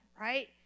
right